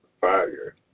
fire